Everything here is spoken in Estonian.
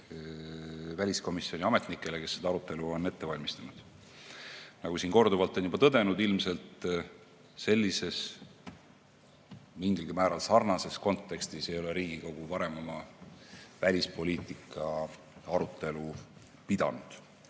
väliskomisjoni ametnikele, kes seda arutelu on ette valmistanud! Nagu siin korduvalt on tõdetud, ilmselt sellises mingilgi määral sarnases kontekstis ei ole Riigikogu varem oma välispoliitika arutelu pidanud.